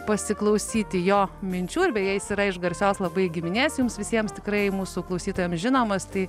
pasiklausyti jo minčių ir beje jis yra iš garsios labai giminės jums visiems tikrai mūsų klausytojam žinomos tai